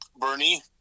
Bernie